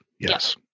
Yes